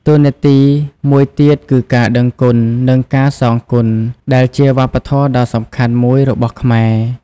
តួនាទីមួយទៀតគឺការដឹងគុណ និងការសងគុណដែលជាវប្បធម៌ដ៏សំខាន់មួយរបស់ខ្មែរ។